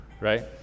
right